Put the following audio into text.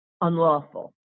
unlawful